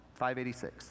586